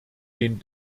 den